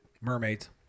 Mermaids